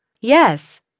Yes